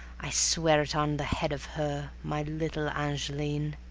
i swear it on the head of her, my little angeline.